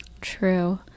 True